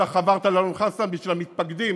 אתה חברת לאלון חסן בשביל המתפקדים,